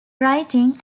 writing